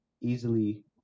easily